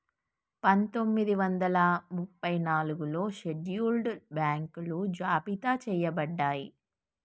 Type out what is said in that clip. పందొమ్మిది వందల ముప్పై నాలుగులో షెడ్యూల్డ్ బ్యాంకులు జాబితా చెయ్యబడ్డయ్